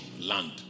land